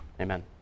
amen